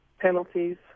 penalties